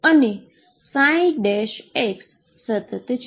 અને સતત છે